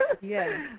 Yes